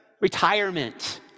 retirement